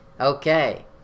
Okay